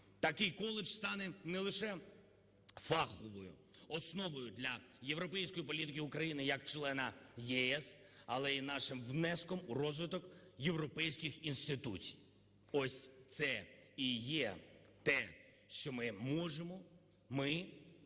Такий коледж стане не лише фаховою основою для європейської політики України як члена ЄС, але і нашим внеском у розвиток європейських інституцій. Ось це і є те, що ми можемо, ми, ми